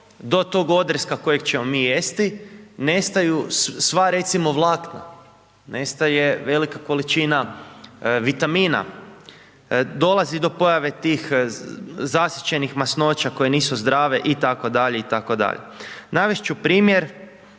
do tog odreska kojeg ćemo mi jesti, nestaju sva recimo vlakna, nestaje velika količina vitamina, dolazi do pojave tih zasićenih masnoća koje nisu zdrave itd. itd. Navest ću primjer